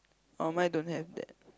oh mine don't have that